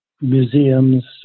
museums